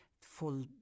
full